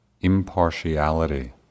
impartiality